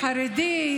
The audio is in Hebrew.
חרדי,